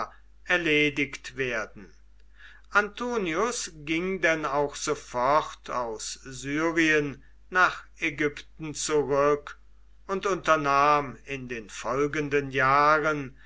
erledigt werden antonius ging denn auch sofort aus syrien nach ägypten zurück und unternahm in den folgenden jahren